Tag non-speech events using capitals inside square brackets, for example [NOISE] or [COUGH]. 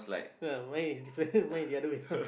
ah mine is different [LAUGHS] mine is the other way round